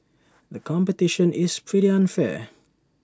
the competition is pretty unfair